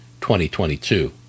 2022